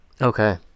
Okay